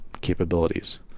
capabilities